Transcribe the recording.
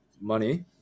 money